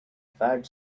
fat